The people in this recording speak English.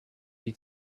you